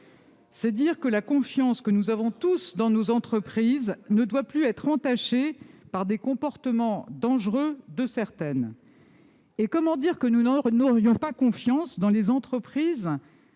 C'est dire que la confiance que nous avons tous dans nos entreprises ne doit plus être entachée par les comportements dangereux de certaines. Comment peut-on affirmer que nous n'avons pas confiance dans les entreprises,